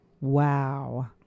Wow